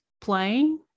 playing